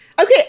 Okay